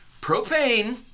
Propane